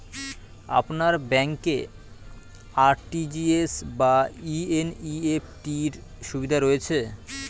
আপনার ব্যাংকে আর.টি.জি.এস বা এন.ই.এফ.টি র সুবিধা রয়েছে?